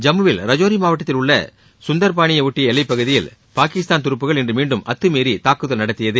ஜம்மு வில் ரஜோரி மாவட்டத்தில் உள்ள சுந்தர் பானி யை ஒட்டிய எல்லைப் பகுதியில் பாகிஸ்தான் துருப்புகள் இன்று மீண்டும் அத்துமீறி தாக்குதல் நடத்தியது